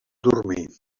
dormir